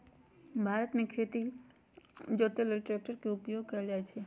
भारत मे खेती जोते लेल ट्रैक्टर के उपयोग कएल जाइ छइ